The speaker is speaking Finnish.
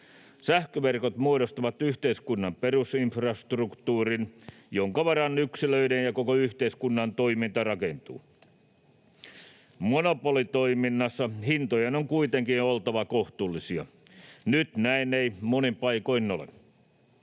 Sähköverkot muodostavat yhteiskunnan perusinfrastruktuurin, jonka varaan yksilöiden ja koko yhteiskunnan toiminta rakentuu. Monopolitoiminnassa hintojen on kuitenkin oltava kohtuullisia. Nyt näin ei monin paikoin ole.